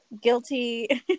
guilty